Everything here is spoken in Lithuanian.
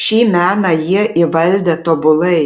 šį meną jie įvaldę tobulai